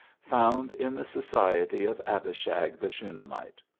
found in the society of abishag the shuna mite.